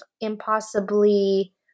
impossibly